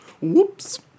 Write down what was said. Whoops